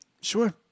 Sure